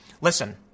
Listen